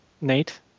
Nate